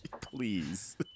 Please